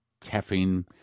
caffeine